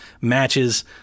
matches